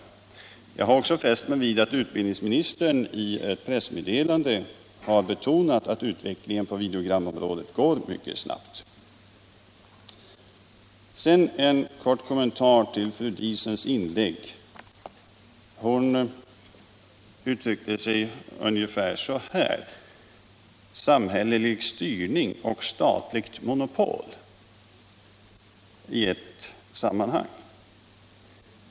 Likaså har jag fäst mig vid att ut bildningsministern i ett pressmeddelande har betonat att utvecklingen på videogramområdet går mycket snabbt. Så en kort kommentar till fru Diesen, som i ett sammanhang talade om samhällelig styrning och statligt monopol.